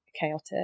chaotic